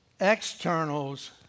externals